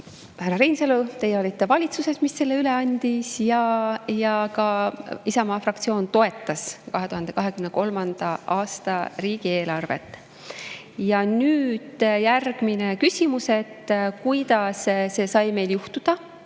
härra Reinsalu, teie olite valitsuses, mis selle üle andis, ja ka Isamaa fraktsioon toetas 2023. aasta riigieelarvet. Ja nüüd järgmine küsimus, et kuidas see sai meil juhtuda.